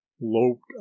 loped